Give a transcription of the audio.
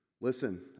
Listen